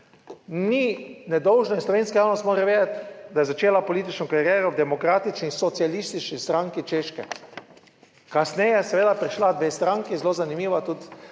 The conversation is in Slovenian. Ni nedolžna in slovenska javnost mora vedeti, da je začela politično kariero v Demokratični socialistični stranki Češke. Kasneje je seveda prišla dve stranki, zelo zanimiva, tudi